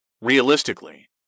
Realistically